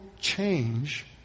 change